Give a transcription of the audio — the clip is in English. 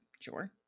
sure